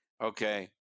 Okay